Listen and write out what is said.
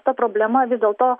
ta problema vis dėlto